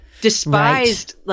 despised